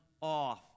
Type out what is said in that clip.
off